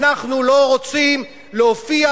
אנחנו לא רוצים להופיע